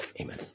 Amen